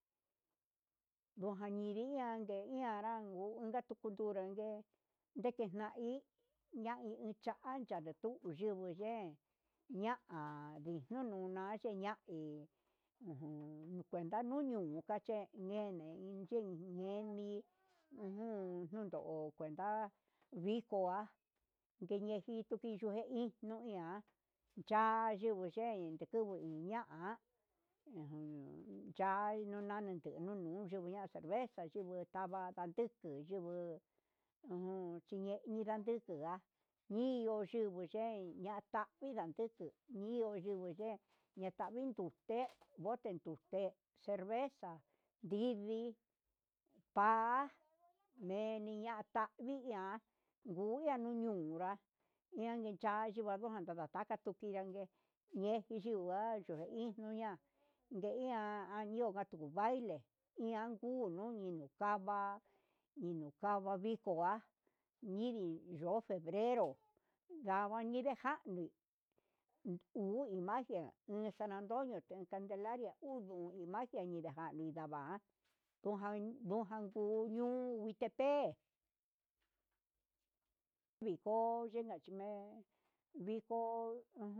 Ndujan ninrian nguee ian ngaranguu unka tu nunrague nean ni hí ñanichancha ndetuu uyengui ye'e, ya'a nijuna nache eñahe ujun cuenta nuñu nuta che neme che ñeni ujun ndundo cuenta nidoa keñeji tuji nikuenu iha cha'a tuxhein tedubu hí ña'a ujun, ya'a nuni tu uni cerveza nditava kande yubuu uju chiñe'e ninda ndedega ñinguu xhime yein, ña nida tenduu ñi'iiho yuu ye'e ñatavin ndute iho bote dute cerveza nridii, pa'a meniya tavi iha ngunia ninu ngunrá yenicha nduva nujan ndatakatu utinrangue yeji yua yuu uixna'a, ñeiga añonra tu baile ian nguu nuni nuta java nikava viko nunda, nridii yo'o febrero java ñinde januu uu imagen de san antonio ndi calendaria uyu nu kaji vinra ndainda va'a ujen ndujan kuu niun nepe'e viko xhinka chime'e viko.